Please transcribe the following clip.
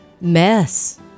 mess